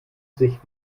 sich